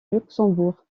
luxembourg